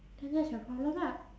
then that's your problem lah